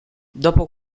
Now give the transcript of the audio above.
dopo